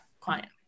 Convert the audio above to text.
client